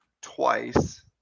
twice